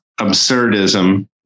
absurdism